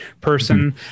person